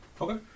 Okay